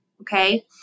okay